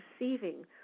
receiving